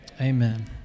amen